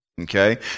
Okay